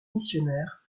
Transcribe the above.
missionnaire